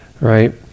right